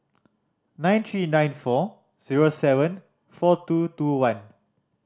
nine three nine four zero seven four two two one